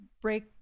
Break